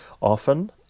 often